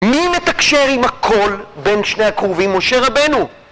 מי מתקשר עם הכל בין שני הקרובים, משה רבנו?